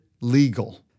legal